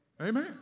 Amen